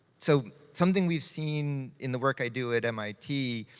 so, something we've seen in the work i do at mit,